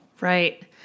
Right